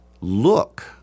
look